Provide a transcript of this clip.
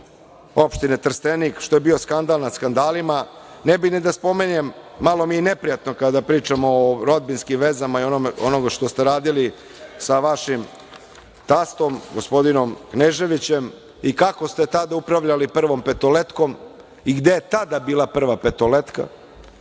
opštine Trstenik, što je bio skandal nad skandalima. Ne bih ni da spominjem, malo mi je neprijatno kada pričamo o rodbinskim vezama i ono što ste radili sa vašim tastom, gospodinom Kneževićem, i kako ste tada upravljali „Prvom petoletkom“ i gde je tada bila „Prva petoletka“